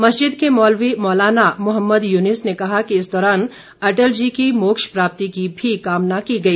मस्जिद के मौलवी मौलाना मोहम्मद यूनिस ने कहा कि इस दौरान अटल जी की मोक्ष प्राप्ति की भी कामना की गई